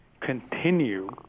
continue